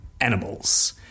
animals